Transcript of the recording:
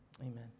amen